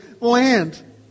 land